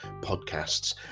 podcasts